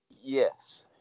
Yes